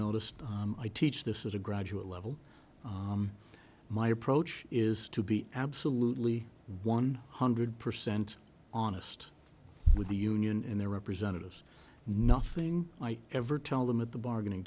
noticed i teach this is a graduate level my approach is to be absolutely one hundred percent honest with the union and their representatives nothing i ever tell them at the bargaining